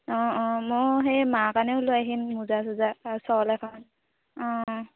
অঁ অঁ ময়ো সেই মাৰ কাৰণেও লৈ আহিম মোজা চোজা শ্বল এখন অঁ